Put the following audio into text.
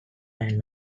and